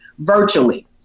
virtually